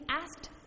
asked